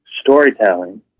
storytelling